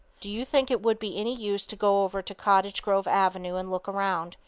do you think it would be any use to go over to cottage grove avenue and look around?